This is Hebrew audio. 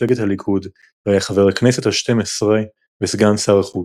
למפלגת הליכוד והיה חבר הכנסת השתים עשרה וסגן שר החוץ.